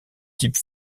type